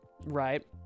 right